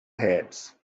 heads